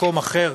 שכונה אחרת,